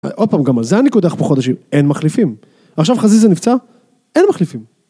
עוד פעם, גם על זה אני קודח פה חודשים. אין מחליפים, עכשיו חזיזה נפצע, אין מחליפים.